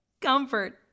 Comfort